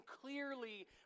clearly